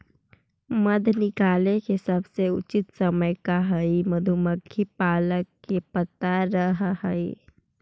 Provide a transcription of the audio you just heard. मध निकाले के सबसे उचित समय का हई ई मधुमक्खी पालक के पता रह हई